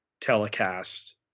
telecast